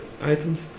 items